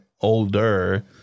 older